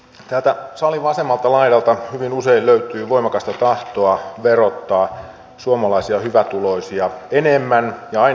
täältä salin vasemmalta laidalta hyvin usein löytyy voimakasta tahtoa verottaa suomalaisia hyvätuloisia enemmän ja aina vain enemmän